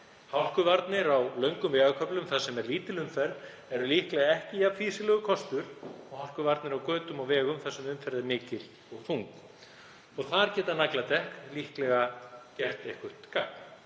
Hálkuvarnir á löngum vegarköflum þar sem er lítil umferð eru líklega ekki jafn fýsilegur kostur og hálkuvarnir á götum og vegum þar sem umferð er mikil og þung. Þar geta nagladekk líklega gert eitthvert